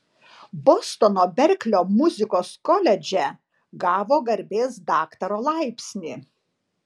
bostono berklio muzikos koledže gavo garbės daktaro laipsnį